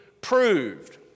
proved